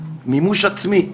מימוש עצמי.